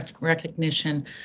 recognition